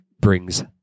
brings